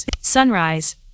Sunrise